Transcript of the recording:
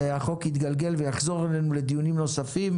והחוק יתגלגל ויחזור אלינו לדיונים נוספים,